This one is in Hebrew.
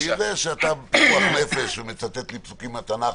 כי אני יודע שאתה פיקוח נפש ומצטט לי פסוקים מהתנ"ך,